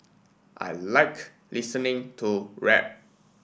I like listening to rap